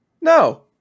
no